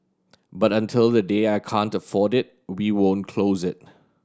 but until the day I can't afford it we won't close it